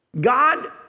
God